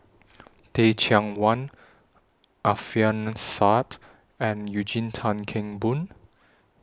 Teh Cheang Wan Alfian Sa'at and Eugene Tan Kheng Boon